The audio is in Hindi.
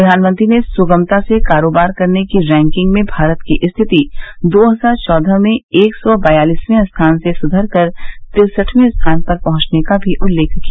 प्रधानमंत्री ने स्गमता से कारोबार करने की रैंकिंग में भारत की स्थिति दो हजार चौदह में एक सौ बयालिसवें स्थान से सुधरकर तिरसठवें स्थान पर पहुंचने का भी उल्लेख किया